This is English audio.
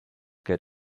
get